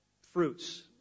fruits